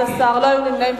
11, לא היו נמנעים.